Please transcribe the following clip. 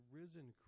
risen